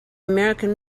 american